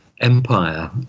empire